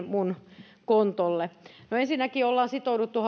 minun kontolleni ensinnäkin hallitusohjelmaneuvotteluissa ollaan sitouduttu